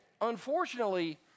unfortunately—